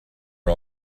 are